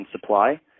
supply